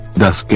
das